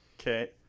Okay